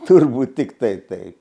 turbūt tiktai taip